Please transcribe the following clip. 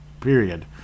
period